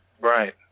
Right